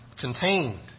contained